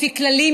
לפי כללים,